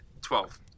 Twelve